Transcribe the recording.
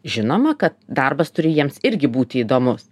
žinoma kad darbas turi jiems irgi būti įdomus